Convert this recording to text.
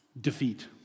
defeat